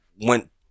went